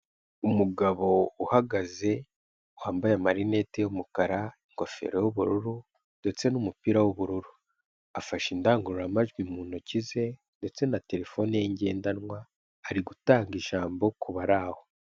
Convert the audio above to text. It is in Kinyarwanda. Umugabo uhagaze wambaye amarinete y'umukara, ingofero y'ubururu, ndetse n'umupira w'ubururu afashe indangururamajwi mu ntoki ze ndetse na terefone ye ngendanwa, ari gutanga ijambo ku bari aho.